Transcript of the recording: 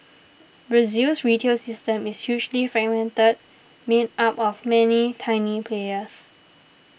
Brazil's retail system is hugely fragmented made up of many tiny players